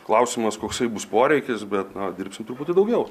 klausimas koksai bus poreikis bet na dirbsim truputį daugiau